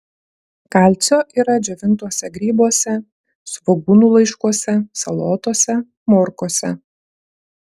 kalcio yra džiovintuose grybuose svogūnų laiškuose salotose morkose